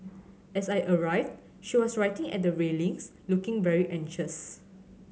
as I arrived she was writing at the railings looking very anxious